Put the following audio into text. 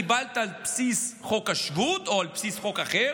קיבלת על בסיס חוק השבות או על בסיס חוק אחר.